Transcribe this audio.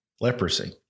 leprosy